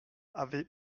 avait